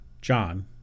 John